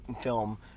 film